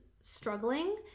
struggling